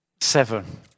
Seven